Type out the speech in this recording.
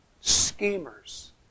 Schemers